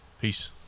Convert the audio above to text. Peace